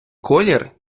колір